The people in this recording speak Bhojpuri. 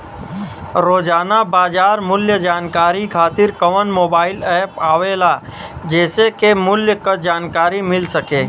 रोजाना बाजार मूल्य जानकारी खातीर कवन मोबाइल ऐप आवेला जेसे के मूल्य क जानकारी मिल सके?